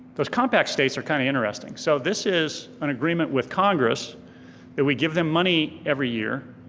those compact states are kind of interesting. so this is an agreement with congress that we give them money every year.